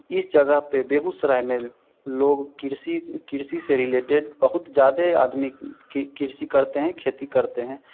इस जगह पर बेगूसराय में लोग कृषि कृषि से रिलेटेड बहुत ज़्यादा आदमी की कृषि करते हैं खेती करते हैं